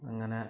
അങ്ങനെ